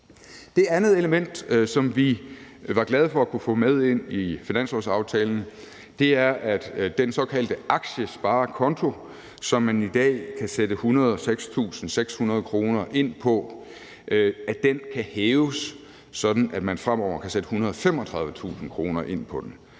Det andet element, som vi var glade for at kunne få med ind i finanslovsaftalen, er, at for den såkaldte aktiesparekonto, som man i dag kan sætte 106.600 kr. ind på, kan beløbet hæves, sådan at man fremover kan sætte 135.000 kr. ind på den.